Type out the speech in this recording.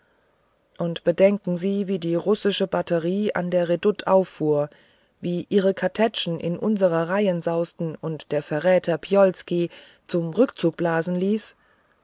und gedenken sie wie die russische batterie an der redoute auffuhr wie ihre kartätschen in unsere reihen sausten und der verräter piolzky zum rückzug blasen ließ